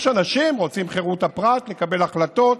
יש אנשים שרוצים חירות הפרט, לקבל החלטות,